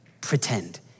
pretend